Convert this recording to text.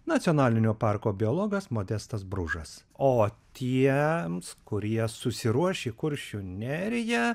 nacionalinio parko biologas modestas bružas o tiems kurie susiruoš į kuršių neriją